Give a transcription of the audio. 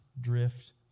drift